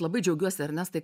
labai džiaugiuosi ernestai